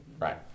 Right